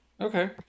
okay